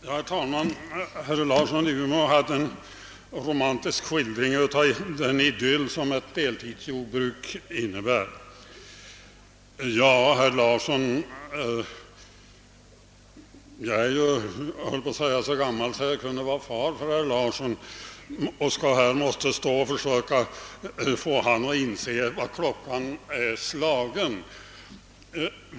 Herr talman! Herr Larsson i Umeå gav en romantisk skildring av den idyll som ett deltidsjordbruk skulle innebära. Ja, herr Larsson, jag är så gammal att jag nästan skulle kunna vara far till herr Larsson, och jag måste tydligen försöka få honom att förstå vad klockan är slagen.